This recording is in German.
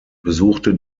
besuchte